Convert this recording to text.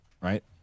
right